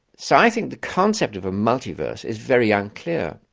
so i think the concept of a multiverse is very unclear.